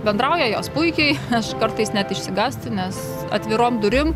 bendrauja jos puikiai aš kartais net išsigąstu nes atvirom durim